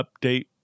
update